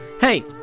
hey